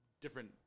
different